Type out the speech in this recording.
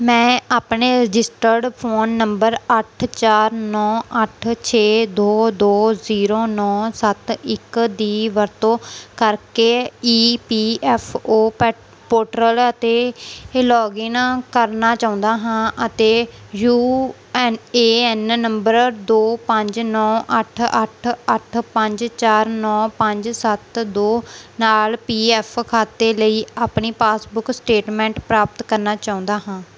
ਮੈਂ ਆਪਣੇ registered phone number ਅੱਠ ਚਾਰ ਨੌਂ ਅੱਠ ਛੇ ਦੋ ਦੋ ਜ਼ੀਰੋ ਨੌਂ ਸੱਤ ਇੱਕ ਦੀ ਵਰਤੋਂ ਕਰਕੇ ਈ ਪੀ ਐਫ ਓ ਪੋਟ ਪੋਟਰਲ ਅਤੇ ਲੌਗਇਨ ਕਰਨਾ ਚਾਹੁੰਦਾ ਹਾਂ ਅਤੇ U N A N number ਦੋ ਪੰਜ ਨੌਂ ਅੱਠ ਅੱਠ ਅੱਠ ਪੰਜ ਚਾਰ ਨੌਂ ਪੰਜ ਸੱਤ ਦੋ ਨਾਲ ਪੀ ਐਫ ਖਾਤੇ ਲਈ ਆਪਣੀ ਪਾਸਬੁੱਕ ਸਟੇਟਮੈਂਟ ਪ੍ਰਾਪਤ ਕਰਨਾ ਚਾਹੁੰਦਾ ਹਾਂ